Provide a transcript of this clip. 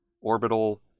orbital